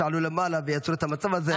שעלו למעלה ויצרו את המצב הזה,